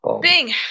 Bing